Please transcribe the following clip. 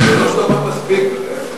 שלוש דקות מספיק,